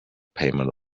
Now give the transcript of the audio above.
payment